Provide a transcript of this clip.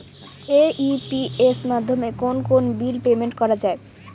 AEPS মাধ্যমে কোন কোন বিল পেমেন্ট করা যায়?